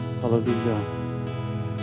Hallelujah